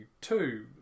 two